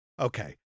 Okay